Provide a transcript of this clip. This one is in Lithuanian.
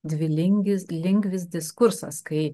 dvilingis lingvis diskursas kai